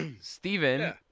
Steven